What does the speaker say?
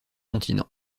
continent